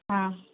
हा